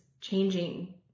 changing